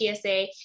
tsa